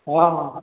ହଁ ହଁ